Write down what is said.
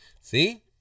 See